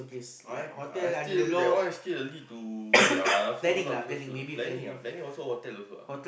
I I still that one is still early to say ah I also not so sure planning ah planning also hotel also ah